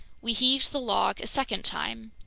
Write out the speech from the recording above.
we heaved the log a second time.